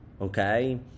Okay